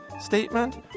statement